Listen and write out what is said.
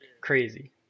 crazy